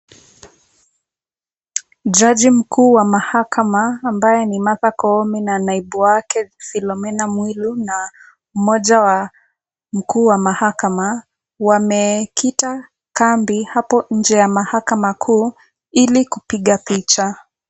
Jaji mkuu wa mahakama ambaye ni Martha Koome na naibu wake Philomena Mwilu na mmoja wa mkuu wa mahakama, wamekita kambi hapo nje ya mahakama kuu ilikupiga picha.